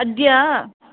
अद्य